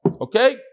Okay